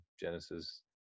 Genesis